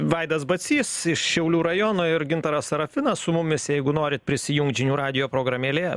vaidas bacys iš šiaulių rajono ir gintaras serafinas su mumis jeigu norit prisijungt žinių radijo programėlėje